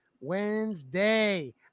Wednesday